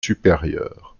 supérieur